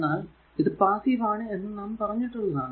എന്നാൽ ഇത്പാസ്സീവ് ആണ് എന്ന് നാം പറഞ്ഞിട്ടുള്ളതാണ്